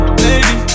baby